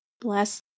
bless